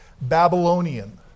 Babylonian